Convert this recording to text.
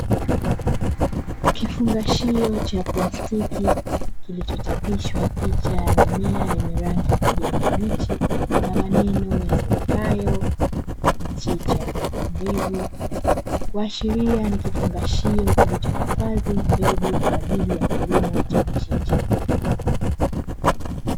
Kifungashio cha plastiki kilichochapishwa picha ya mimea yenye rangi ya kijani kibichi na maneno yasomekayo Mchicha mbegu Kuashiria ni kifungashio kilichohifadhi mbegu kwa ajili ya kilimo cha mchicha.